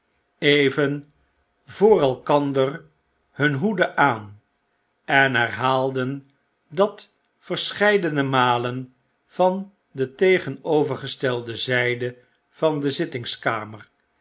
kwelgeest voor elkander hun hoeden aan en herhaalden dat verscheidene malen van de tegenovergestelde zyden van de zittingskameri